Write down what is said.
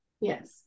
Yes